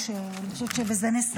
אני חושבת שבזה נסיים.